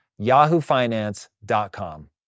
yahoofinance.com